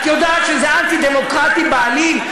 את יודעת שזה אנטי-דמוקרטי בעליל.